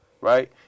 right